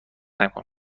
نکن